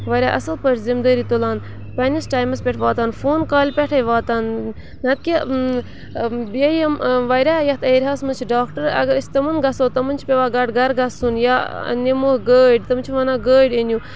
واریاہ اَصٕل پٲٹھۍ ذِمہٕ دٲری تُلان پنٛنِس ٹایمَس پٮ۪ٹھ واتان فون کالہِ پٮ۪ٹھَے واتان نَہ کہِ بیٚیہِ یِم وارِیاہ یَتھ ایریاہَس منٛز چھِ ڈاکٹَر اگر أسۍ تمَن گژھو تمَن چھِ پٮ۪وان گڈٕ گَرٕ گَسُن یا نِمو گٲڑۍ تم چھِ وَنان گٲڑۍ أنِو